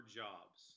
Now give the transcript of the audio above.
jobs